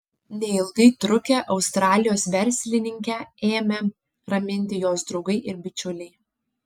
neilgai trukę australijos verslininkę ėmė raminti jos draugai ir bičiuliai